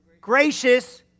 Gracious